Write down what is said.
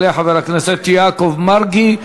יעלה חבר הכנסת יעקב מרגי,